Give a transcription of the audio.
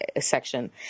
section